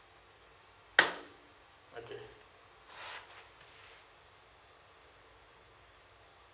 okay